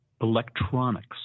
Electronics